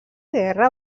guerra